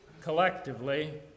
collectively